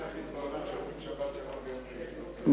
זה המקום היחיד בעולם שאומרים "שבת שלום" ביום רביעי.